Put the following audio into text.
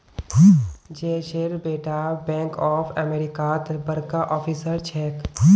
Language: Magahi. जयेशेर बेटा बैंक ऑफ अमेरिकात बड़का ऑफिसर छेक